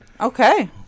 Okay